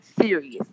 serious